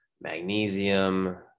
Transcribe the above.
magnesium